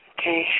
Okay